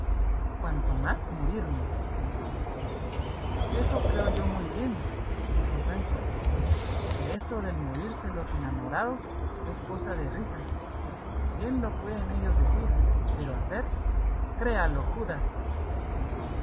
cuanto más morirme eso creo yo muy bien dijo sancho que esto del morirse los enamorados es cosa de risa bien lo pueden ellos decir pero hacer créalo judas